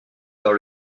dans